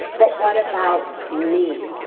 but what about me?